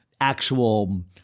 actual